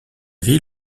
vie